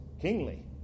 kingly